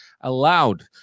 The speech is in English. Allowed